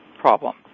problem